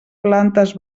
plantes